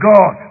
God